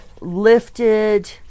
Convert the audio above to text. lifted